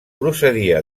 procedia